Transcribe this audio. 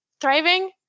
Thriving